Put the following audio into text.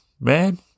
man